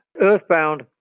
Earthbound